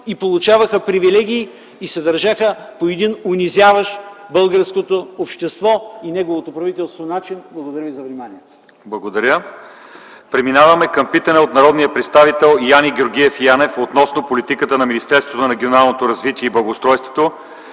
получаваха привилегии и се държаха по един унижаващ българското общество и неговото правителство начин. Благодаря за вниманието. ПРЕДСЕДАТЕЛ ЛЪЧЕЗАР ИВАНОВ: Благодаря. Преминаваме към питане от народния представител Яне Георгиев Янев относно политиката на Министерството на регионалното развитие и благоустройството